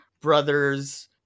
brothers